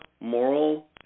moral